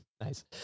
nice